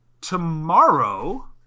tomorrow